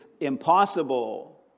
impossible